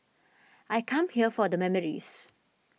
I come here for the memories